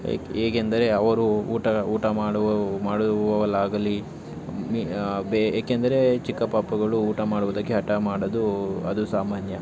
ಏಕೆ ಹೇಗೆಂದರೆ ಅವರು ಊಟ ಊಟ ಮಾಡುವವ ಮಾಡುವವಲಾಗಲಿ ಏಕೆಂದರೆ ಚಿಕ್ಕ ಪಾಪುಗಳು ಊಟ ಮಾಡುವುದಕ್ಕೆ ಹಠ ಮಾಡೋದು ಅದು ಸಾಮಾನ್ಯ